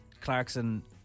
Clarkson